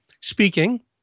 speaking